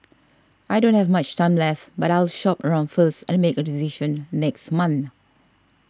I don't have much time left but I'll shop around first and make a decision next month